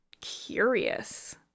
curious